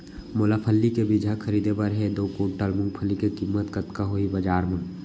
मोला फल्ली के बीजहा खरीदे बर हे दो कुंटल मूंगफली के किम्मत कतका होही बजार म?